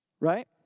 Right